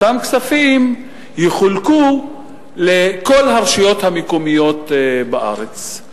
אותם כספים יחולקו לכל הרשויות המקומיות בארץ,